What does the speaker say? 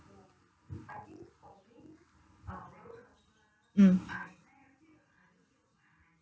mm